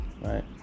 right